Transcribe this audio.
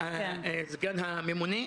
סגן הממונה,